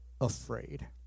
afraid